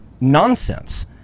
nonsense